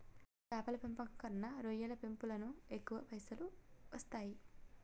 చేపల పెంపకం కన్నా రొయ్యల పెంపులను ఎక్కువ పైసలు వస్తాయి